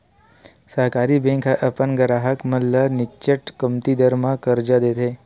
सहकारी बेंक ह अपन गराहक मन ल निच्चट कमती दर म करजा देथे